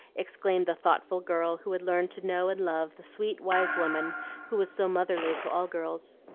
exclaimed the thoughtful girl who had learned to know and love the sweet, wise woman who was so motherly to all girls.